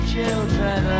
Children